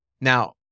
Now